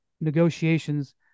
negotiations